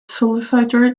solicitor